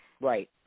Right